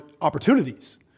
opportunities